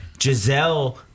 Giselle